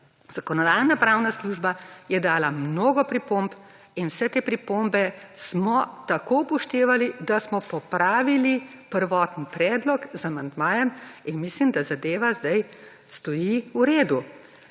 Zakonodajno-pravna služba je dela mnogo pripomb in vse te pripombe smo tako upoštevali, da smo popravili prvotni predlog z amandmajem in mislim, da zadeva sedaj stoji v redu.